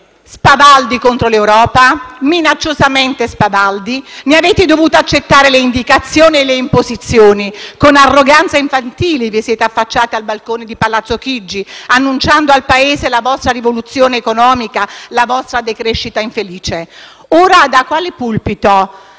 spavaldi contro l'Europa, minacciosamente spavaldi, ne avete dovuto accettare le indicazioni e le imposizioni; con arroganza infantile vi siete affacciati al balcone di Palazzo Chigi, annunciando al Paese la vostra rivoluzione economica, la vostra decrescita infelice. Ora da quale pulpito